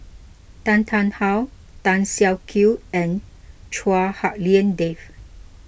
Tan Tarn How Tan Siak Kew and Chua Hak Lien Dave